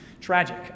Tragic